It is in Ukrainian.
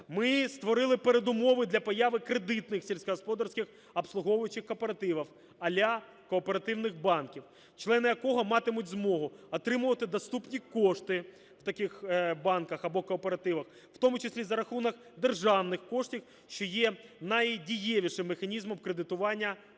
Ми створили передумови для появи кредитних сільськогосподарських обслуговуючих кооперативів, а-ля кооперативних банків, члени якого матимуть змогу отримувати доступні кошти в таких банках або кооперативах, в тому числі за рахунок державних коштів, що є найдієвішим механізмом кредитування малих